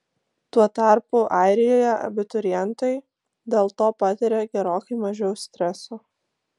tuo tarpu airijoje abiturientai dėl to patiria gerokai mažiau streso